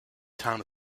town